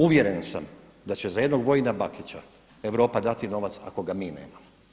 Uvjeren sam da će za jednog Vojina Bakića Europa dati novac ako ga mi nemamo.